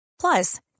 Plus